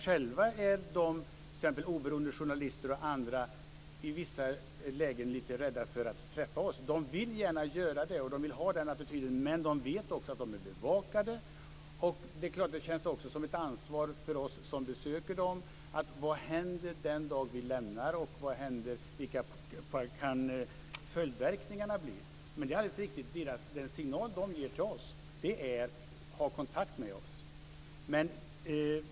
Själva är de, t.ex. oberoende journalister och andra, i vissa lägen rädda för att träffa oss. De vill gärna göra det, och de vill ha den attityden, men de vet att de är bevakade. Det känns också som att vi som besöker dem har ett ansvar för vad som händer när vi lämnar Kuba och för vilka följdverkningarna kan bli. Men det är alltså riktigt att den signal de ger är "ha kontakt med oss".